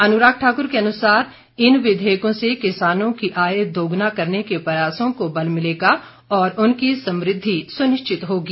अनुराग ठाकुर के अनुसार इन विधेयकों से किसानों की आय दोगुना करने के प्रयासों को बल मिलेगा और उनकी समृद्धि सुनिश्चित होगी